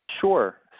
Sure